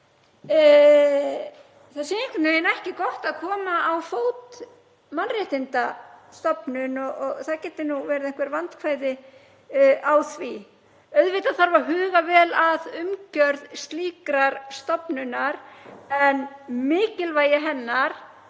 það sé einhvern veginn ekki gott að koma á fót mannréttindastofnun, það geti verið einhver vandkvæði á því. Auðvitað þarf að huga vel að umgjörð slíkrar stofnunar en mikilvægi hennar